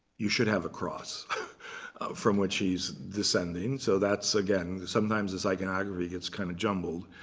you should have a cross from which he's descending. so that's, again, sometimes this iconography gets kind of jumbled.